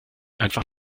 einfach